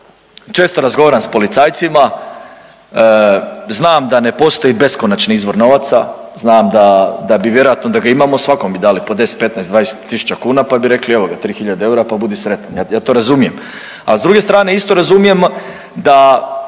često razgovaram sa policajcima, znam da ne postoji beskonačni izvor novaca, znam da bi vjerojatno da ga imamo svakom bi dali po 10, 15, 20 000 kuna, pa bi rekli evo ga, 3 hiljade eura pa budi sretan. Ja to razumijem, ali s druge strane isto razumijem da